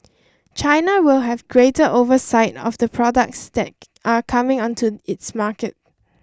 China will have greater oversight of the products that are coming onto its market